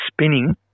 spinning